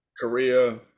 Korea